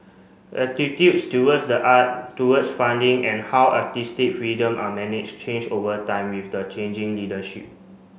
attitudes towards the art towards funding and how artistic freedom are managed change over time with the changing leadership